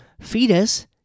fetus